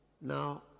Now